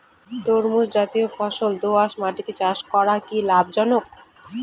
তরমুজ জাতিয় ফল দোঁয়াশ মাটিতে চাষ করা কি লাভজনক?